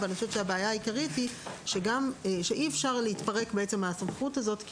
אבל הבעיה העיקרית היא שאי אפשר להתפרק מהסמכות הזאת.